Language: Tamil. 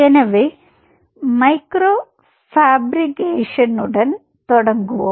எனவே மைக்ரோ ஃபேப்ரிகேஷனுடன் தொடங்குவோம்